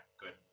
good